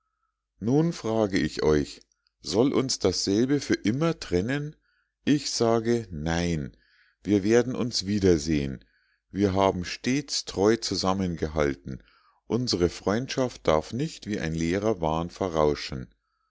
nun frage ich euch soll uns dasselbe für immer trennen ich sage nein wir werden uns wiedersehen wir haben stets treu zusammengehalten unsre freundschaft darf nicht wie ein leerer wahn verrauschen